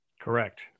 Correct